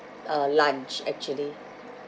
a lunch actually